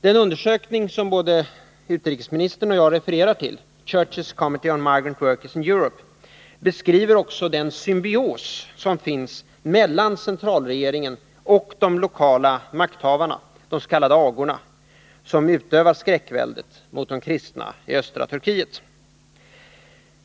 Den undersökning som både utrikesministern och jag refererar till, Churches Committee on Migrant Workers in Europe, beskriver också den symbios som finns mellan centralregeringen och de lokala makthavare — de s.k. agorna — som utövar skräckväldet mot de kristna i östra Turkiet.